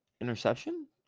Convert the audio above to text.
interception